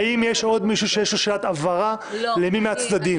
האם יש עוד מישהו שיש לו שאלת הבהרה למי מהצדדים?